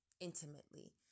intimately